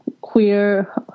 queer